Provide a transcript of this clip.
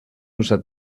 usa